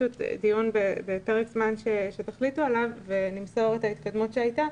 דיון בפרק זמן שתחליטו עליו ואז נמסור את ההתקדמות שהייתה.